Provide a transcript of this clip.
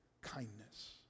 kindness